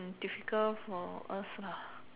difficult for us lah